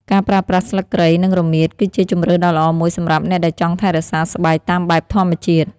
ការប្រើប្រាស់ស្លឹកគ្រៃ និងរមៀត គឺជាជម្រើសដ៏ល្អមួយសម្រាប់អ្នកដែលចង់ថែរក្សាស្បែកតាមបែបធម្មជាតិ។